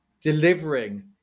delivering